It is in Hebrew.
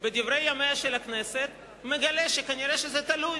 בדברי ימיה של הכנסת מגלה שכנראה תלוי